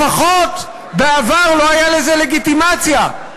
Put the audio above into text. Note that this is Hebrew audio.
לפחות בעבר לא היה לזה לגיטימציה.